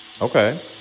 Okay